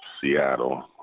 Seattle